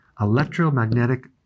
electromagnetic